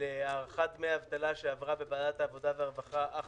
להארכת דמי האבטלה שעברה בוועדת העבודה והרווחה אך